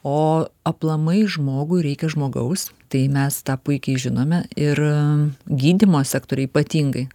o aplamai žmogui reikia žmogaus tai mes tą puikiai žinome ir gydymo sektoriuj ypatingai